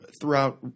throughout